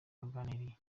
baganiriye